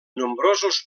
nombrosos